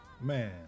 Man